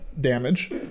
damage